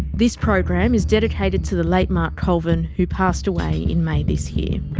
this program is dedicated to the late mark colvin who passed away in may this year.